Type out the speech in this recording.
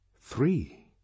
three